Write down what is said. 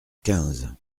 quinze